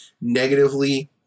negatively